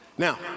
Now